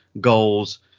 goals